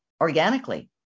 organically